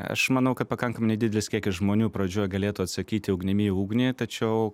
aš manau kad pakankamai nedidelis kiekis žmonių pradžioj galėtų atsakyti ugnimi į ugnį tačiau